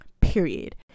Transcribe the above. Period